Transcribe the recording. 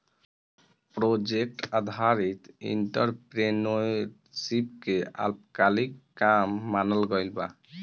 project आधारित entrepreneurship के अल्पकालिक काम मानल गइल बा